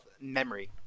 memory